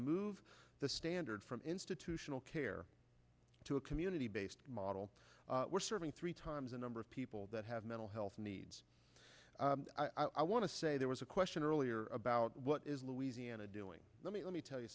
move the standard from institutional care to a community based model we're serving three times the number of people that have mental health needs i want to say there was a question earlier about what is louisiana doing let me let me tell you